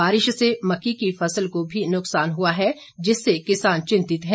बारिश से मक्की की फसल को नुकसान हुआ है जिससे किसान चिंतित हैं